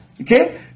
Okay